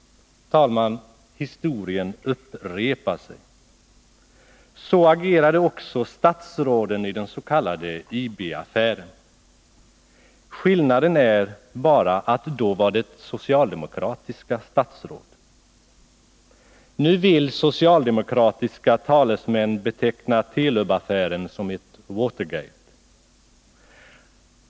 Fru talman! Historien upprepar sig. Så agerade också statsråden i den s.k. IB-affären. Skillnaden är bara att det då var socialdemokratiska statsråd. Nu vill socialdemokraternas talesmän beteckna Telubaffären som ett Watergate.